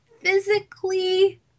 physically